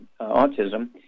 autism